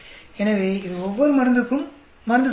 எனவே இது ஒவ்வொரு மருந்துக்கும் மருந்து சராசரி